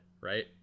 right